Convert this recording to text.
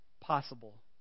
possible